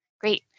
Great